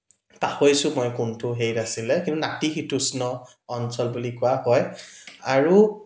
পাহৰিছো মই কোনটো হেৰিত আছিলে কিন্তু নাতিশীতোষ্ণ অঞ্চল বুলি কোৱা হয় আৰু